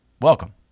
Welcome